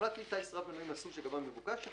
הפעלת כלי טיס מהסוג שלגביו מבוקש ההגדר